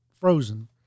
frozen